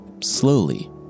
slowly